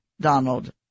Donald